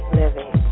living